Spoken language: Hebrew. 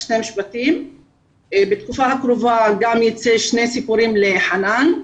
בתקופה הקרובה ייצאו שני סיפורים לחנאן,